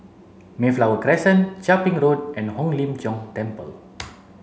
Mayflower Crescent Chia Ping Road and Hong Lim Jiong Temple